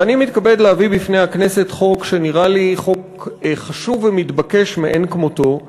ואני מתכבד להביא בפני הכנסת חוק שנראה לי חוק חשוב ומתבקש מאין כמותו,